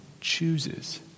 chooses